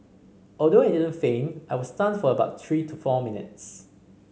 although I didn't faint I was stunned for about three to four minutes